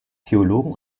theologen